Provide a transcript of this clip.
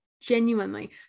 genuinely